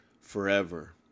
forever